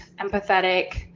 empathetic